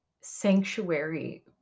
sanctuary